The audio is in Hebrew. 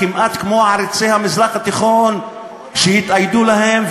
כמעט כמו עריצי המזרח התיכון שהתאיידו להם,